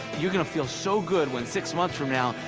youire going to feel so good when, six months from now,